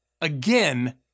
again